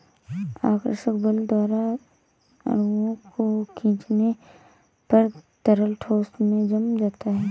आकर्षक बल द्वारा अणुओं को खीचने पर तरल ठोस में जम जाता है